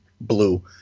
blue